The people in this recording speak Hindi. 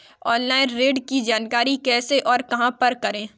ऑनलाइन ऋण की जानकारी कैसे और कहां पर करें?